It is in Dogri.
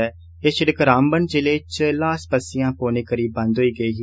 एह सिड़क रामबन जिले च लास पस्सियां पौने करी बंद होई गेई ही